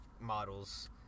models